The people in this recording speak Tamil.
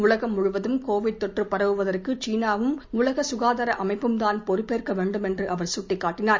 உலகம் முழுவதும் கோவிட் தொற்று பரவுவதற்கு கீனாவும் உலக சுகாதார அமைப்பும் தான் பொறுப்பேற்க வேண்டும் என்று அவர் சுட்டிக்காட்டினார்